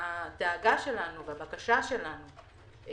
הדאגה שלנו ובקשתנו היא